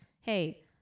hey